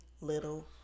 Little